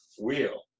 wheel